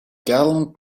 gallant